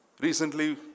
Recently